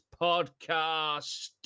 podcast